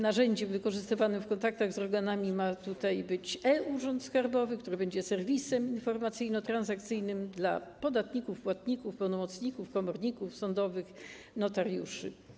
Narzędziem wykorzystywanym w kontaktach z regionami ma być tutaj e-Urząd Skarbowy, który będzie serwisem informacyjno-transakcyjnym dla podatników, płatników, pełnomocników, komorników sądowych, notariuszy.